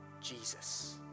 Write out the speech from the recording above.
Jesus